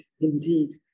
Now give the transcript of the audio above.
indeed